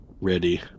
ready